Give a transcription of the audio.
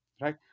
right